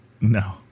No